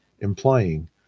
implying